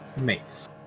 makes